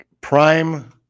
prime